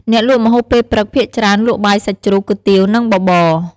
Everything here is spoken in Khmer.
អ្នកលក់ម្ហូបពេលព្រឹកភាគច្រើនលក់បាយសាច់ជ្រូក គុយទាវ និងបបរ។